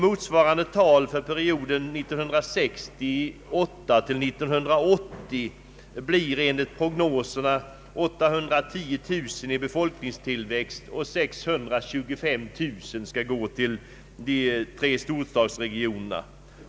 Motsvarande tal för perioden 1968— 1980 blir enligt prognoserna 810 000 i befolkningstillväxt, varav 625 000 skall gå till de tre storstadsregionerna.